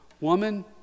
Woman